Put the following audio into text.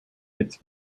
its